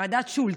ועדת שולט.